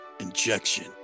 injection